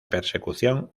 persecución